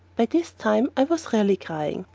by this time i was really crying.